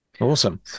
awesome